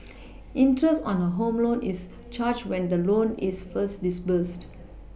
interest on a home loan is charged when the loan is first disbursed